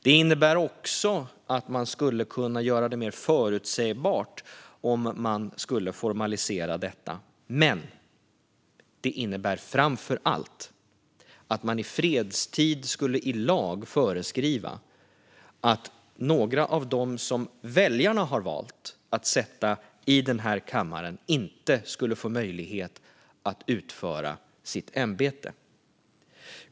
Man skulle också kunna göra det mer förutsägbart om man skulle formalisera det. Men det innebär framför allt att man i fredstid skulle i lag föreskriva att några av dem som väljarna har valt att sätta i den här kammaren inte skulle få möjlighet att utföra sitt ämbete.